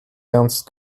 ernst